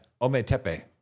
ometepe